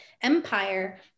empire